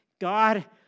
God